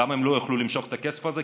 למה הם לא יוכלו למשוך את הכסף הזה?